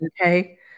Okay